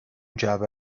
جعبه